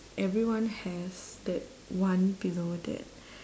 everyone has that one pillow that